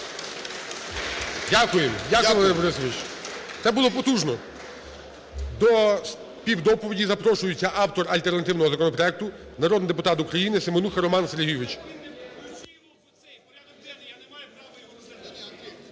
В.Б. Дякую. ГОЛОВУЮЧИЙ. Це було потужно. До співдоповіді запрошується автор альтернативного законопроекту народний депутат України Семенуха Роман Сергійович.